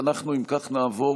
אם כך, נעבור